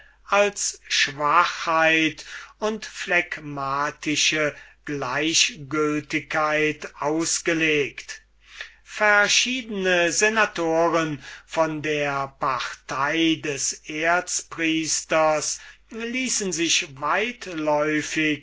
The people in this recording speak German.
als schwachheit und phlegmatische gleichgültigkeit ausgelegt verschiedene senatoren von der partei des erzpriesters ließen sich